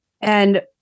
And-